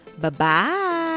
Bye-bye